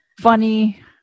funny